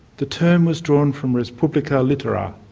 the term was drawn from respublica litteraria,